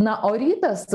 na o rytas